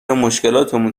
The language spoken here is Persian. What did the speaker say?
مشکلاتمون